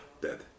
dead